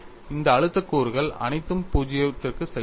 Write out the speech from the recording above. இந்த அழுத்த கூறுகள் அனைத்தும் 0 க்குச் செல்கின்றன